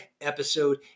episode